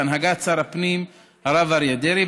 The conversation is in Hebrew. בהנהגת שר הפנים הרב אריה דרעי,